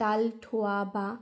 তাল থোৱা বা